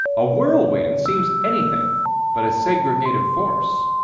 a whirlwind seems anything but a segregative force.